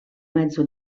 mezzo